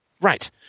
Right